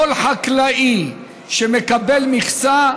כל חקלאי שמקבל מכסה,